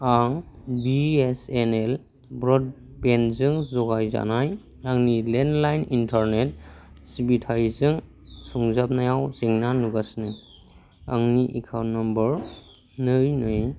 आं बिएसएनएल ब्रडबेन्डजों जगायजानाय आंनि लेन्डलाइन इन्टारनेट सिबिथाइजों सुंजाबनायाव जेंना नुगासिनो आंनि एकाउन्ट नम्बर नै नै